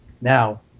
Now